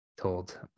told